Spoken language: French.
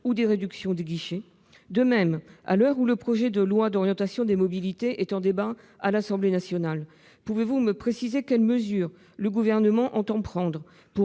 ou des réductions du nombre de leurs guichets. De même, à l'heure où le projet de loi d'orientation des mobilités est en débat à l'Assemblée nationale, pouvez-vous me préciser les mesures que le Gouvernement entend prendre